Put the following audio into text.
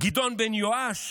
גדעון בן יואש?